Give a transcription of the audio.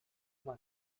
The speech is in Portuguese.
uma